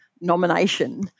nomination